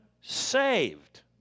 saved